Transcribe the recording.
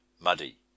muddy